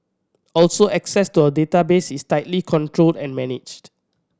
also access to our database is tightly controlled and managed